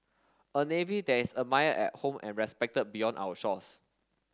a navy that is admired at home and respected beyond our shores